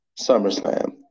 SummerSlam